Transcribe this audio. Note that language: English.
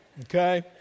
Okay